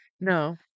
No